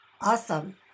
Awesome